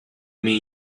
mean